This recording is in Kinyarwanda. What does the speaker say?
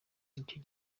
icyo